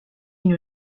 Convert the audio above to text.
une